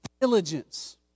Diligence